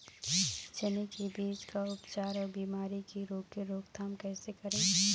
चने की बीज का उपचार अउ बीमारी की रोके रोकथाम कैसे करें?